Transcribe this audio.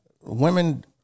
women